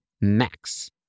max